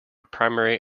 primary